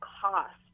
cost